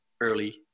early